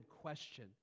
question